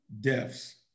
Deaths